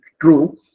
true